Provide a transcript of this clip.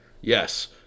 Yes